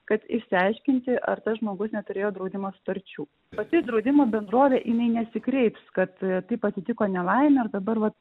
kad išsiaiškinti ar tas žmogus neturėjo draudimo sutarčių pati draudimo bendrovė jinai nesikreips kad taip atsitiko nelaimė dabar vat